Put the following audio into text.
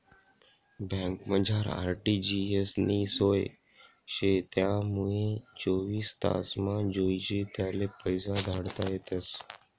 बँकमझार आर.टी.जी.एस नी सोय शे त्यानामुये चोवीस तासमा जोइजे त्याले पैसा धाडता येतस